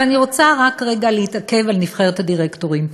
אבל אני רוצה רק רגע להתעכב על נבחרת הדירקטורים,